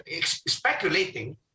speculating